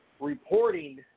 reporting